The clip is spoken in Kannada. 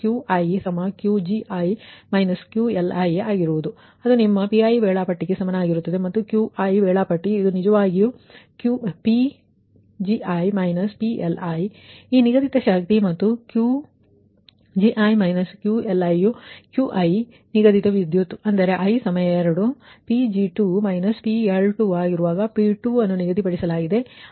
ಮತ್ತು QiQgi QLi ಅದು ನಿಮ್ಮ Piವೇಳಾಪಟ್ಟಿಗೆ ಸಮನಾಗಿರುತ್ತದೆ ಮತ್ತು Qi ವೇಳಾಪಟ್ಟಿ ಇದು ನಿಜವಾಗಿ Pgi PLi ಈ ನಿಗದಿತ ಶಕ್ತಿ ಮತ್ತು Qgi QLiಯು Qi ನಿಗದಿತ ವಿದ್ಯುತ್ ಅಂದರೆ i 2 Pg2 PL2ಆಗಿರುವಾಗ P2 ನಿಗದಿಪಡಿಸಲಾಗಿದೆ